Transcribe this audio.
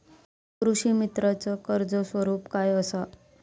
कृषीमित्राच कर्ज स्वरूप काय असा?